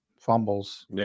fumbles